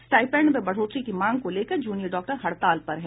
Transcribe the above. stipend में बढ़ोतरी की मांग को लेकर जूनियर डॉक्टर हड़ताल पर हैं